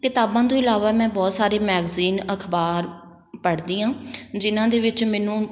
ਕਿਤਾਬਾਂ ਤੋਂ ਇਲਾਵਾ ਮੈਂ ਬਹੁਤ ਸਾਰੇ ਮੈਗਜ਼ੀਨ ਅਖਬਾਰ ਪੜ੍ਹਦੀ ਹਾਂ ਜਿਨ੍ਹਾਂ ਦੇ ਵਿੱਚ ਮੈਨੂੰ